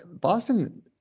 Boston